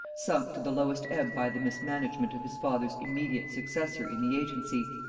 sunk to the lowest ebb by the mismanagement of his father's immediate successor in the agency.